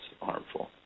harmful